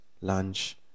lunch